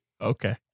Okay